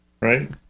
Right